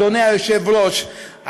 אדוני היושב-ראש,